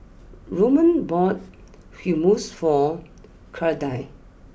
Roman bought Hummus for Claudine